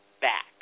back